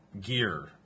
Gear